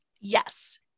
Yes